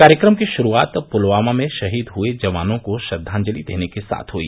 कार्यक्रम की शुरुआत पुलवामा में शहीद हुए जवानों को श्रद्वांजलि देने के साथ हुई